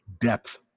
Depth